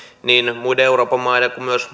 niin muiden euroopan maiden kuin myös